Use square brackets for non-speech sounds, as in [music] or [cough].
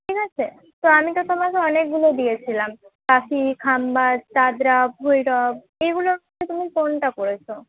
ঠিক আছে তো আমি তো তোমাকে অনেকগুলো দিয়েছিলাম [unintelligible] খাম্বাজ দাদরা ভৈরব এগুলোর মধ্যে তুমি কোনটা করেছ